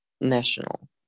national